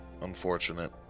Unfortunate